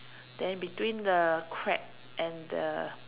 then between the crack and the